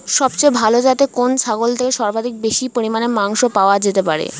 সবচেয়ে ভালো যাতে কোন ছাগল থেকে সর্বাধিক বেশি পরিমাণে মাংস পাওয়া যেতে পারে?